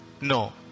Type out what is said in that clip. No